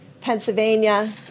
Pennsylvania